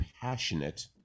passionate